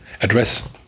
address